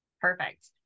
Perfect